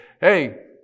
hey